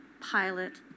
pilot